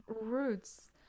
roots